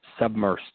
submersed